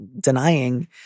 denying